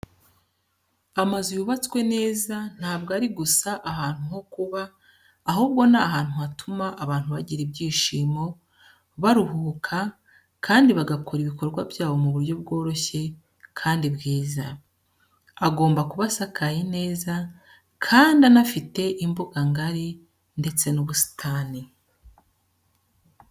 Amazu yubatswe neza ntabwo ari gusa ahantu ho kuba, ahubwo ni ahantu hatuma abantu bagira ibyishimo, baruhuka, kandi bagakora ibikorwa byabo mu buryo bworoshye kandi bwiza. Agomba kuba asakaye neza, kandi anafite imbuga ngari, ndetse n'ubusitani.